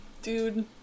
Dude